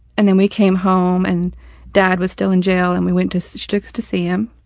and then we came home and dad was still in jail and we went to so to to see him,